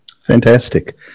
Fantastic